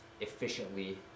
efficiently